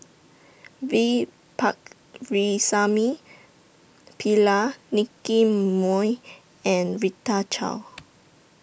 V Pakirisamy Pillai Nicky Moey and Rita Chao